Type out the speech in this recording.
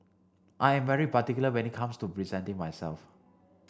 I am very particular when it comes to presenting myself